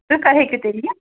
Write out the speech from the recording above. تُہی کَر ہیٚکِو تیٚلہِ یِتھ